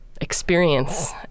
experience